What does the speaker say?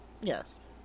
Yes